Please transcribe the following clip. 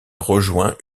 rejoint